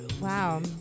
Wow